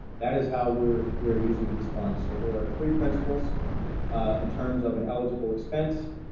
that is how we're we're using these funds. so, there are three principles in terms of an eligible expense.